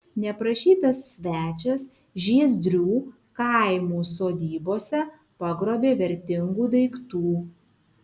neprašytas svečias žiezdrių kaimų sodybose pagrobė vertingų daiktų